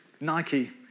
Nike